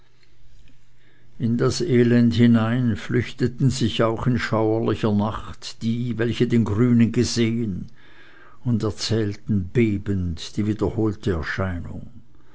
in das elend hinein flüchteten sich auch in schauerlicher angst die welche den grünen gesehen und erzählten bebend die wiederholte erscheinung